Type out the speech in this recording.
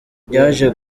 byaje